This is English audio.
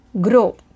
grow